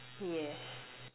yes